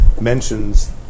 Mentions